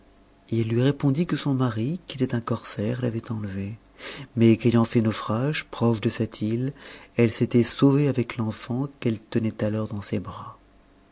et elle lui répondit que son mari qui était un corsaire l'avait enlevé mais qu'ayant fait naufrage proche de cette île elle s'était sauvée avec l'enfant qu'elle tenait alors dans ses bras